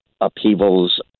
upheavals